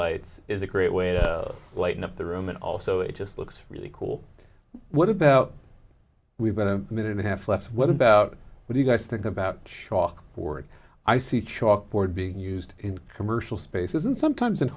lights is a great way to lighting up the room and also it just looks really cool what about we've got a minute and a half left what about what you guys think about schalke board i see chalkboard being used in commercial spaces and sometimes in